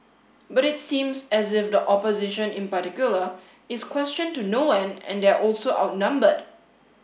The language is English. but it seems as if the opposition in particular is question to no end and they're also outnumbered